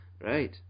Right